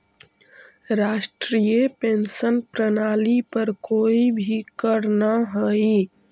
राष्ट्रीय पेंशन प्रणाली पर कोई भी करऽ न हई